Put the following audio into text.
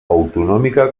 autonòmica